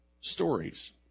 stories